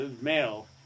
Male